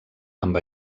amb